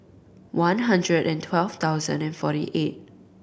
one hundred and twelve thousand and forty eight